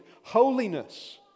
holiness